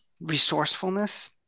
resourcefulness